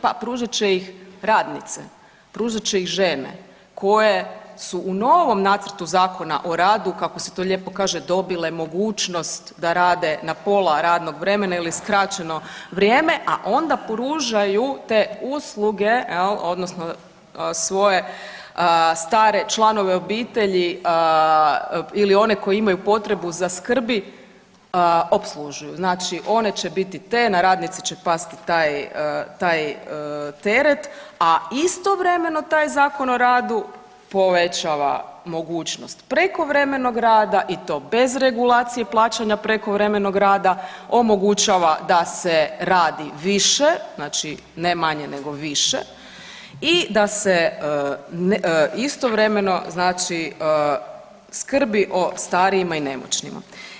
Pa pružat će ih radnice, pružat će ih žene koje su u novom nacrtu Zakona o radu, kako se to lijepo kaže, dobile mogućnost da rade na pola radnog vremena ili skraćeno vrijeme, a onda pružaju te usluge, je l', odnosno svoje stare članove obitelji ili one koji imaju potrebu za skrbi, opslužuju, znači one će biti te, na radnice će pasti taj teret, a istovremeno taj Zakon o radu povećava mogućnost prekovremenog rada i to bez regulacije plaćanja prekovremenog rada, omogućava da se radi više, znači ne manje nego više i da se istovremeno znači skrbi o starijima i nemoćnima.